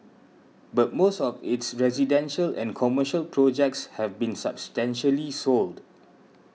but most of its residential and commercial projects have been substantially sold